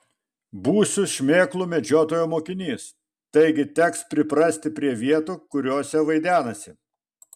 būsiu šmėklų medžiotojo mokinys taigi teks priprasti prie vietų kuriose vaidenasi